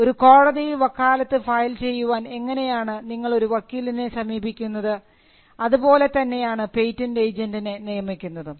ഒരു കോടതിയിൽ വക്കാലത്ത് ഫയൽ ചെയ്യുവാൻ എങ്ങനെയാണ് നിങ്ങൾ ഒരു വക്കീലിനെ നിയമിക്കുന്നത് അതേപോലെ തന്നെയാണ് പേറ്റന്റ് ഏജൻറിനെ നിയമിക്കുന്നതും